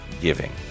giving